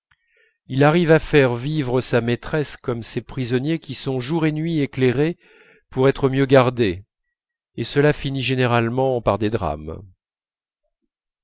il arrive à faire vivre sa maîtresse comme ces prisonniers qui sont jour et nuit éclairés pour être mieux gardés et cela finit généralement par des drames